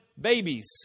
babies